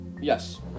Yes